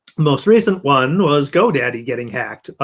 most recent one was godaddy getting hacked.